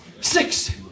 six